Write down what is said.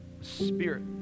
spirit